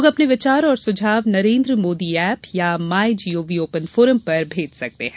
लोग अपने विचार और सुझाव नरेन्द्र मोदी ऐप्प या माई गव ओपन फोरम पर भेज सकते हैं